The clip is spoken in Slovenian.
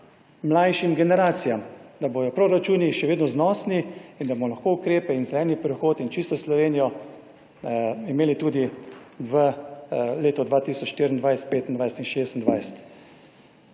mlajšim generacijam, da bodo proračuni še vedno znosni in da bomo lahko ukrepe in zeleni prehod in čisto Slovenijo imeli tudi v letu 2024, 2025 in 2026.